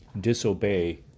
disobey